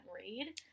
read